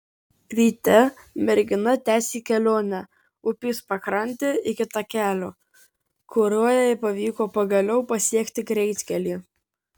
ryte mergina tęsė kelionę upės pakrante iki takelio kuriuo jai pavyko pagaliau pasiekti greitkelį